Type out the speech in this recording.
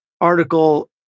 article